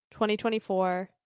2024